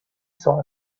saw